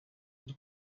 ari